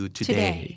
today